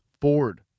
ford